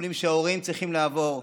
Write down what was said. הטיפולים שההורים צריכים לעבור,